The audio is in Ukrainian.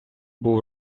був